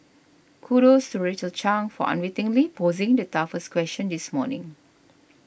kudos to Rachel Chang for unwittingly posing the toughest question this morning